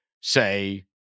say